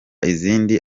izindi